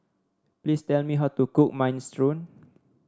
please tell me how to cook Minestrone